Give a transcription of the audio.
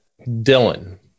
Dylan